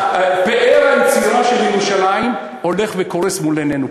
פאר היצירה של ירושלים הולך וקורס מול עינינו,